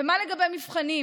ומה לגבי המבחנים?